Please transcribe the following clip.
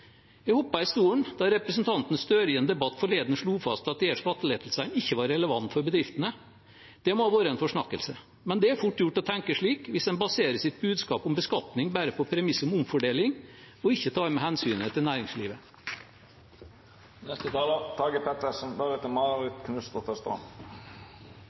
Jeg hoppet i stolen da representanten Støre i en debatt forleden slo fast at disse skattelettelsene ikke var relevante for bedriftene. Det må ha vært en forsnakkelse, men det er fort gjort å tenke slik hvis en baserer sitt budskap om beskatning bare på premisset om omfordeling og ikke tar med hensynet til